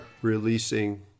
releasing